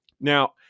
Now